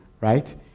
right